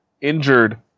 injured